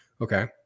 okay